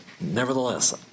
Nevertheless